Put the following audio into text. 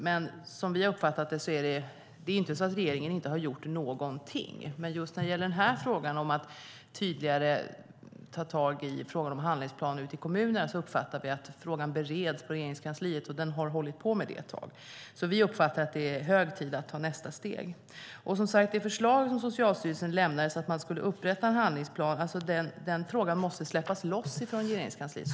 Det är inte så att regeringen inte har gjort någonting, men just när det gäller frågan om att tydligare ta tag i frågan om handlingsplaner ute i kommunerna uppfattar vi att frågan bereds på Regeringskansliet, och den har hållit på att beredas ett tag. Vi uppfattar därför att det är hög tid att ta nästa steg. När det gäller förslaget som Socialstyrelsen lämnade om att upprätta en handlingsplan måste den frågan släppas loss från Regeringskansliet.